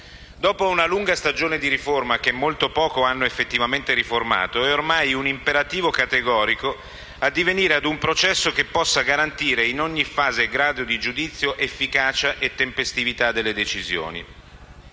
Dopo una lunga stagione di riforme, che molto poco hanno effettivamente riformato, è ormai un imperativo categorico addivenire ad un processo che possa garantire, in ogni fase e grado di giudizio, efficacia e tempestività delle decisioni.